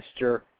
Mr